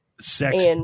Sex